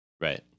right